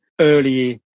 early